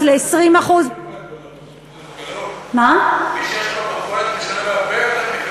ל-20% מי שיש לו מכולת משלם הרבה יותר מחברה.